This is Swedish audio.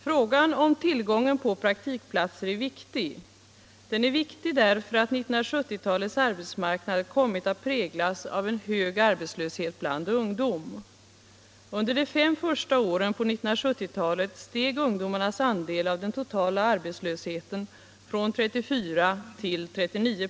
Frågan om tillgången på praktikplatser är viktig. Den är viktig därför att 1970-talets arbetsmarknad kommit att präglas av hög arbetslöshet bland ungdom. Under de fem första åren på 1970-talet steg ungdomarnas andel av den totala arbetslösheten från 34 till 39 "..